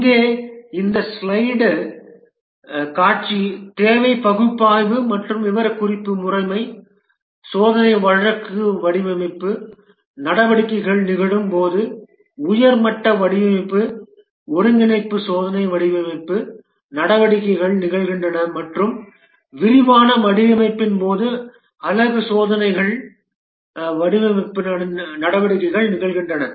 இங்கே இந்த ஸ்லைடு தேவை பகுப்பாய்வு மற்றும் விவரக்குறிப்பு முறைமை சோதனை வழக்கு வடிவமைப்பு நடவடிக்கைகள் நிகழும் போது உயர் மட்ட வடிவமைப்பு ஒருங்கிணைப்பு சோதனை வடிவமைப்பு நடவடிக்கைகள் நிகழ்கின்றன மற்றும் விரிவான வடிவமைப்பின் போது அலகு சோதனைகள் வடிவமைப்பு நடவடிக்கைகள் நிகழ்கின்றன